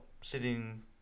sitting